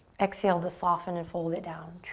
exhale to soften and fold it down.